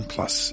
Plus